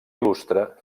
il·lustre